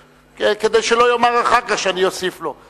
כדי שלא יאמר אחר כך שאני אוסיף לו.